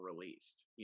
released